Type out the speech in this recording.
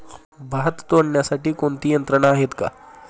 भात तोडण्यासाठी कोणती यंत्रणा आहेत का?